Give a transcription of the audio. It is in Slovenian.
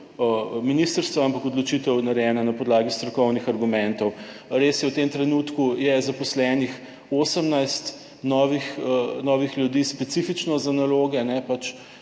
ministrstva, ampak odločitev narejena na podlagi strokovnih argumentov. Res je, v tem trenutku je zaposlenih 18 novih ljudi specifično za naloge